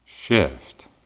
shift